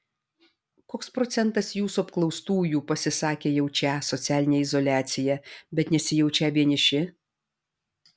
koks procentas jūsų apklaustųjų pasisakė jaučią socialinę izoliaciją bet nesijaučią vieniši